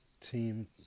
team